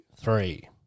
three